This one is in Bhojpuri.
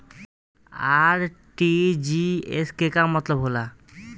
आर.टी.जी.एस के का मतलब होला?